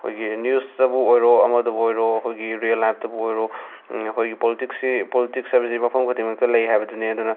ꯑꯩꯈꯣꯏꯒꯤ ꯅ꯭ꯌꯨꯁꯇꯕꯨ ꯑꯣꯏꯔꯣ ꯑꯃꯗꯕꯨ ꯑꯣꯏꯔꯣ ꯑꯩꯈꯣꯏꯒꯤ ꯔꯤꯌꯦꯜ ꯂꯥꯏꯞꯇꯕꯨ ꯑꯣꯏꯔꯣ ꯑꯩꯈꯣꯏꯒꯤ ꯄꯣꯜꯇꯤꯛꯁꯤ ꯄꯣꯜꯇꯤꯛꯁ ꯍꯥꯏꯕꯁꯤ ꯃꯐꯝ ꯈꯨꯗꯤꯡꯃꯛꯇ ꯂꯩ ꯍꯥꯏꯕꯗꯨꯅꯤ ꯑꯗꯨꯅ